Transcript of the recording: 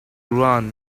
run